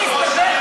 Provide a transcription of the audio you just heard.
גם זה בוטל.